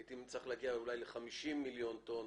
הייתי צריך להגיע ל-50 מיליון טון,